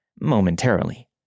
momentarily